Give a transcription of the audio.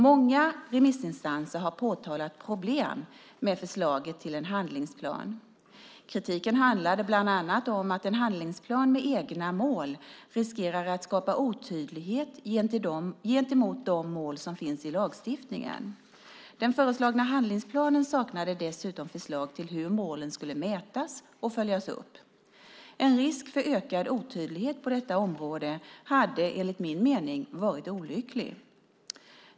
Många remissinstanser hade påtalat problem med förslaget till en handlingsplan. Kritiken handlade bland annat om att en handlingsplan med egna mål riskerar att skapa otydlighet gentemot de mål som finns i lagstiftningen. Den föreslagna handlingsplanen saknade dessutom förslag till hur målen skulle mätas och följas upp. En risk för ökad otydlighet på detta område hade, enligt min mening, varit olycklig.